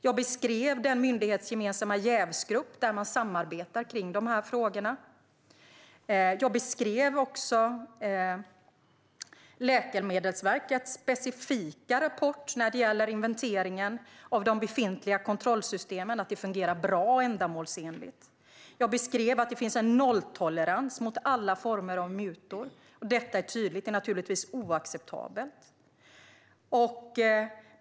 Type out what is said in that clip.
Jag beskrev den myndighetsgemensamma jävsgrupp där man samarbetar om dessa frågor. Jag beskrev också Läkemedelsverkets specifika rapport när det gäller inventeringen av de befintliga kontrollsystemen - att de fungerar bra och ändamålsenligt. Jag beskrev att det finns en nolltolerans mot alla former av mutor. Sådant är naturligtvis oacceptabelt.